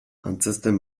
antzezten